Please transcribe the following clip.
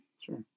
Sure